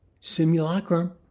simulacrum